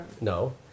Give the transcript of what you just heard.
No